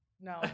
No